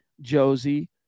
Josie